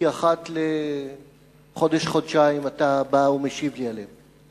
כי אחת לחודש-חודשיים אתה בא ומשיב לי עליהן.